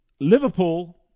Liverpool